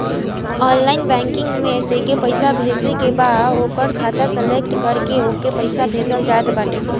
online banking में जेके पईसा भेजे के बा ओकर खाता सलेक्ट करके ओके पईसा भेजल जात बाटे